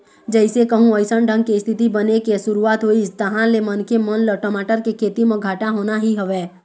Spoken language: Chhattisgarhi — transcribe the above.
जइसे कहूँ अइसन ढंग के इस्थिति बने के शुरुवात होइस तहाँ ले मनखे मन ल टमाटर के खेती म घाटा होना ही हवय